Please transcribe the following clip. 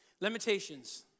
Limitations